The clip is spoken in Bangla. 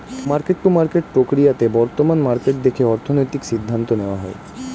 মার্কেট টু মার্কেট প্রক্রিয়াতে বর্তমান মার্কেট দেখে অর্থনৈতিক সিদ্ধান্ত নেওয়া হয়